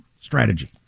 strategy